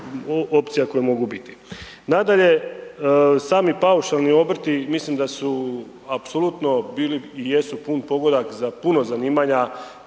opcija koje mogu biti. Nadalje, sami paušalni obrti mislim da su apsolutno bili i jesu pun pogodak za puno zanimanja